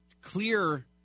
clear